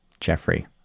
Jeffrey